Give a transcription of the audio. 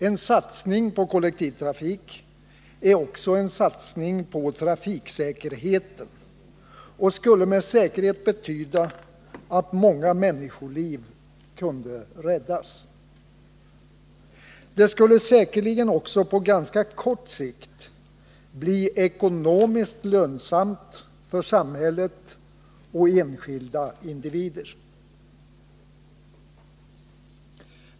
En satsning på kollektivtrafik är också en satsning på trafiksäkerheten och skulle med säkerhet betyda att många människoliv kunde räddas. Den skulle säkerligen också på ganska kort sikt bli ekonomiskt lönsam för samhället och enskilda individer.